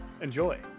enjoy